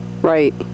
Right